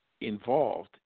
involved